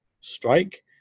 strike